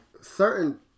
certain